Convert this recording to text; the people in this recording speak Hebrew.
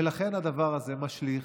ולכן הדבר הזה משליך